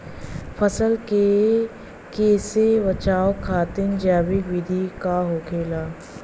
फसल के कियेसे बचाव खातिन जैविक विधि का होखेला?